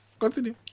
Continue